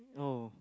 oh